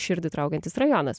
širdį traukiantis rajonas